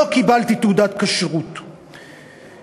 עוד בעל עסק מוכר בשכונה א'